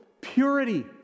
purity